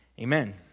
Amen